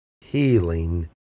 Healing